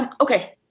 Okay